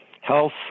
health